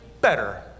better